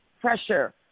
pressure